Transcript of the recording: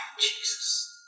Jesus